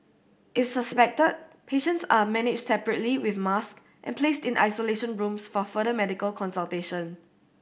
if suspected patients are managed separately with masks and placed in isolation rooms for further medical consultation